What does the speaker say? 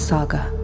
Saga